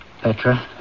Petra